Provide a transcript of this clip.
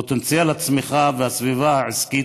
את פוטנציאל הצמיחה ואת הסביבה העסקית